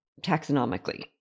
taxonomically